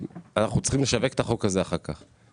אנחנו צריכים לשווק את החוק הזה אחר כך,